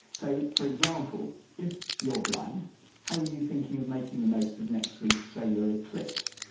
so, for example, if you're blind how were you thinking of making the most of next week's solar eclipse?